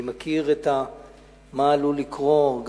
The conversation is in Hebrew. אני יודע מה עלול לקרות,